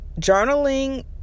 journaling